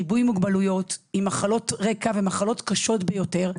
ריבוי מוגבלויות, עם מחלות רקע ומחלות קשות אחרות,